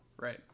Right